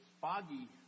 foggy